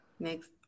Next